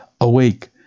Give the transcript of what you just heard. Awake